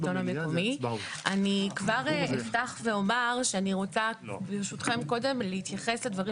אני כבר אפתח ואומר שאני רוצה ברשותכם קודם להתייחס לדברים